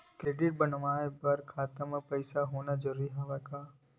Credit बनवाय बर खाता म पईसा होना जरूरी हवय का?